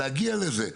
להגיע לזה.